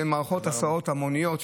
מערכות הסעות המוניות,